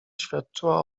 świadczyła